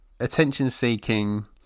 Attention-seeking